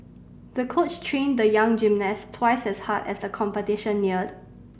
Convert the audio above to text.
the coach trained the young gymnast twice as hard as the competition neared